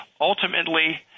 Ultimately